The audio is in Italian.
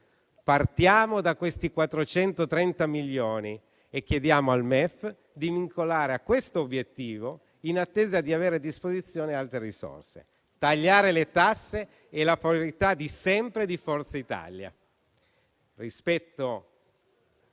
Partiamo da questi 430 milioni e chiediamo al MEF di vincolarli a questo obiettivo, in attesa di avere a disposizione altre risorse. Tagliare le tasse è la priorità di sempre di Forza Italia. Rispetto